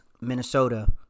Minnesota